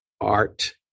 art